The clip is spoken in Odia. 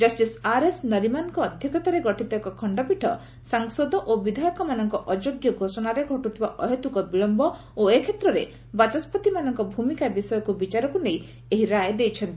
ଜଷ୍ଟିସ୍ ଆର୍ଏସ୍ ନରିମାନ୍ଙ୍କ ଅଧ୍ୟକ୍ଷତାରେ ଗଠିତ ଏକ ଖଣ୍ଡପୀଠ ସାଂସଦ ଓ ବିଧାୟକମାନଙ୍କ ଅଯୋଗ୍ୟ ଘୋଷଣାରେ ଘଟୁଥିବା ଅହେତୁକ ବିଳମ୍ୟ ଓ ଏକ୍ଷେତ୍ରରେ ବାଚସ୍କତିମାନଙ୍କ ଭୂମିକା ବିଷୟକୁ ବିଚାରକୁ ନେଇ ଏହି ରାୟ ଦେଇଛନ୍ତି